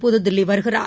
புதுதில்லி வருகிறார்